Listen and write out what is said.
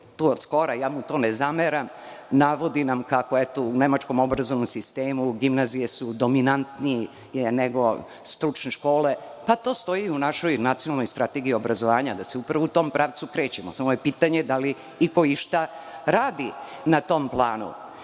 tu od skora, ja mu to ne zameram, navodi nam kako su u nemačkom obrazovnom sistemu gimnazije dominantnije nego stručne škole. To stoji i u našoj Nacionalnoj strategiji obrazovanja, da se upravo u tom pravcu krećemo. Samo je pitanje da li iko išta radi na tom planu. Sa